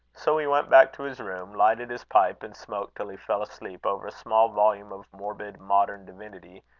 so he went back to his room, lighted his pipe, and smoked till he fell asleep over a small volume of morbid modern divinity,